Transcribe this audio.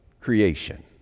creation